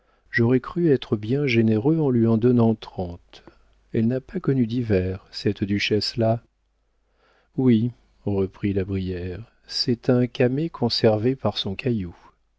j'aurais cru être bien généreux en lui en donnant trente elle n'a pas connu d'hiver cette duchesse là oui reprit la brière c'est un camée conservé par son caillou